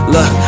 Look